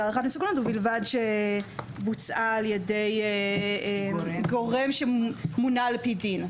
הערכת מסוכנות ובלבד שבוצעה על ידי גורם שמונה על פי דין.